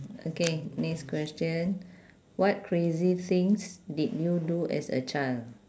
okay next question what crazy things did you do as a child